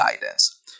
guidance